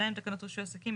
2. תקנות רישוי עסקים,